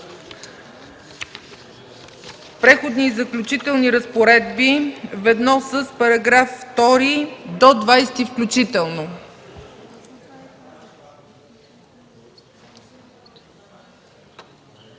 Преходни и заключителни разпоредби ведно с § 2 до § 20 включително.